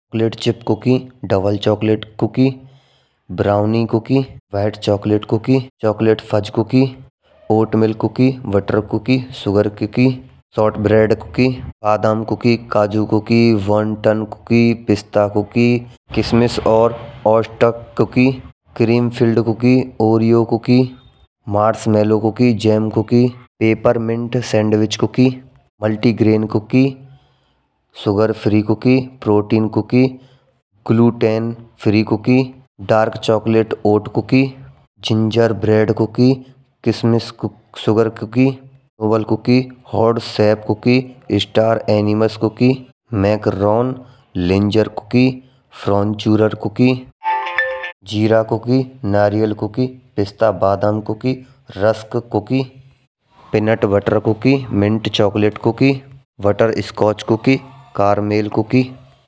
Plate chip cookie, double chocolate cookie brownie cookie. Wheat chocolate cookie chocolate fruits cookie. Oatmeal cookie वोटाराको cookie, sugar cookie. Shortbread cookie बादाम cookie काजू cookie. वेंटन cookie पिस्ता cookie किशमिश और ओस्टक cookie cream filled cookie, Oreo cookie marshmallow cookie. Gem cookie, peppermint sandwich cookie, multigrain cookie. Sugar free cookie, protein cookie, gluten free cookie. Dark chocolate cookie, gingerbread cookie, किशमिश sugar cookie. Hot chef cookie, star आनीस cookie, macaron linzer cookie, फ्रॉन्चुरार cookie. जीरा cookie, नारियल cookie, पिस्ता बादाम cookie, rusk cookie. Peanut butter cookie, mint chocolate cookie, butterscotch cookie, caramel cookie.